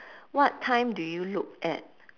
what time do you look at